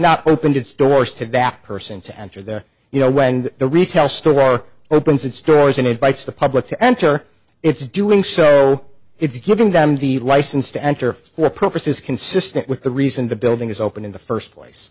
not opened its doors to that person to enter the you know when the retail store opens its doors and invites the public to enter its doing so it's giving them the license to enter for purposes consistent with the reason the building is open in the first place